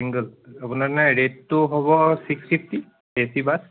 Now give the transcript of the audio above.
single আপোনাৰ এনেই ৰেটটো হ'ব six fifty A C bus